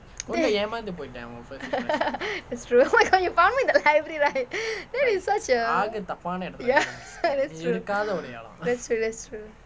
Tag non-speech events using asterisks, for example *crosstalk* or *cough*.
*laughs* it's true oh my god you found me in the library right that is such a *laughs* that's true that's true that's true